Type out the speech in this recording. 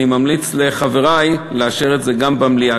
אני ממליץ לחברי לאשר אותם גם במליאה,